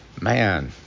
man